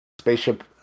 spaceship